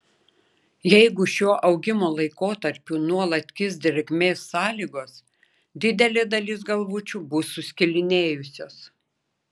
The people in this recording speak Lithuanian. jeigu šiuo augimo laikotarpiu nuolat kis drėgmės sąlygos didelė dalis galvučių bus suskilinėjusios